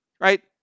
right